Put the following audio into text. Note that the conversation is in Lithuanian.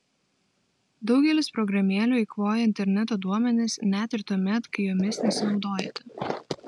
daugelis programėlių eikvoja interneto duomenis net ir tuomet kai jomis nesinaudojate